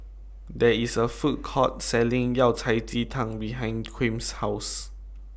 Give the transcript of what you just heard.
There IS A Food Court Selling Yao Cai Ji Tang behind Kwame's House